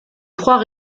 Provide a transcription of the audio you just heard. trois